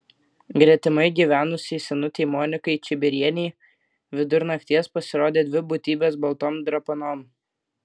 gretimai gyvenusiai senutei monikai čibirienei vidur nakties pasirodė dvi būtybės baltom drapanom